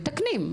מתקנים.